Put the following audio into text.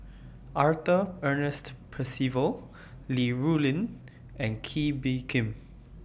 Arthur Ernest Percival Li Rulin and Kee Bee Khim